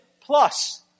plus